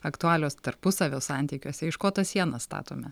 aktualios tarpusavio santykiuose iš ko tas sienas statome